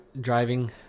driving